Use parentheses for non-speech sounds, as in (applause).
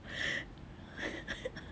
(laughs)